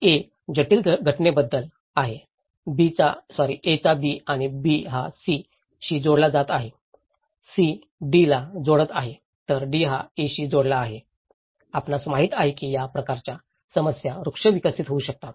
तर हे सर्व अगदी A जटिल घटनेबद्दल आहे A चा B आणि B हा C शी जोडला जात आहे C D ला जोडला आहे तर D हा A शी जोडला आहे आपणास माहित आहे की या प्रकारच्या समस्या वृक्ष विकसित होऊ शकतात